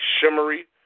shimmery